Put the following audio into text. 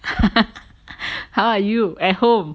how are you at home